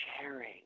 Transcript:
sharing